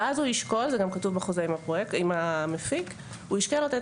ואז הוא ישקול זה גם כתוב בחוזה עם המפיק לתת